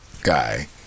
guy